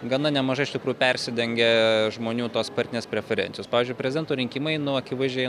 gana nemažai iš tikrųjų persidengia žmonių tos partinės preferencijos pavyzdžiui prezidento rinkimai nu akivaizdžiai